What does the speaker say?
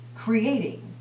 Creating